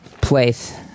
place